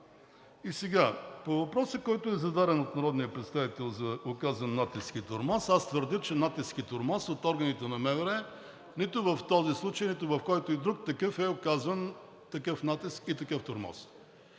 И сега, по въпроса, който е зададен от народния представител за оказан натиск и тормоз. Аз твърдя, че натиск и тормоз от органите на МВР нито в този случай, нито в който и да е друг такъв, е оказван такъв натиск и такъв тормоз.